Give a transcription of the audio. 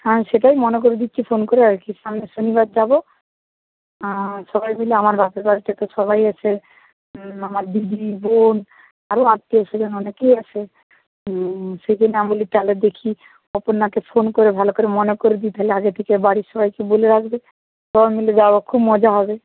হ্যাঁ সেটাই মনে করিয়ে দিচ্ছি ফোন করে আরকি সামনের শনিবার যাবো আর সবাই মিলে আমার বাপের বাড়িতে তো সবাই আছে আমার দিদি বোন আরও আত্মীয় স্বজন অনেকেই আছে সেজন্যে আমি বলি তাহলে দেখি অপর্ণাকে ফোন করে ভালো করে মনে করে দিই তাহলে আগে থেকে বাড়ির সবাইকে বলে রাখবে সবাই মিলে যাবো খুব মজা হবে